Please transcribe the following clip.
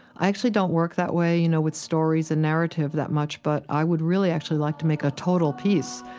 i actually don't work that way, you know, with stories and narrative that much, but i would really actually like to make a total piece,